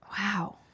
Wow